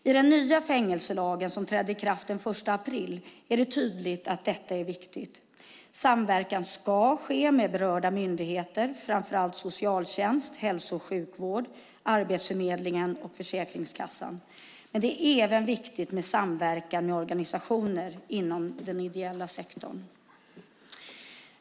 I den nya fängelselagen som trädde i kraft den 1 april är det tydligt att detta är viktigt. Samverkan ska ske med berörda myndigheter, framför allt socialtjänst, hälso och sjukvård, Arbetsförmedlingen och Försäkringskassan. Men det är även viktigt med samverkan med organisationer inom den ideella sektorn.